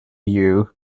you